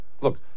Look